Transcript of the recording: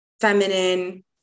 feminine